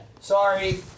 Sorry